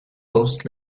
post